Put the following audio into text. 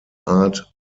art